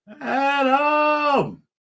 Adam